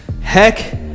Heck